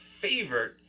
favorite